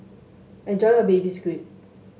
enjoy your Baby Squid